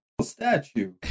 statue